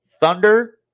Thunder